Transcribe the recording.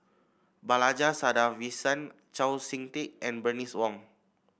Balaji Sadasivan Chau SiK Ting and Bernice Wong